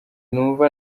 numva